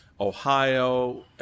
ohio